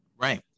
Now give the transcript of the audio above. Right